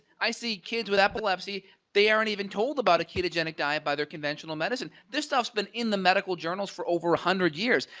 i see kids with epilepsy they weren't even told about ketogenic diet by their conventional medicine. this stuff has been in the medical journal for over a hundred years.